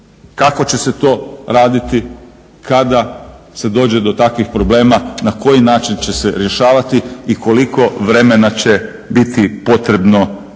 kako će se to raditi kada se dođe do takvih problema, na koji način će se rješavati i koliko vremena će biti potrebno za